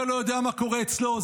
זה לא יודע מה קורה אצלו,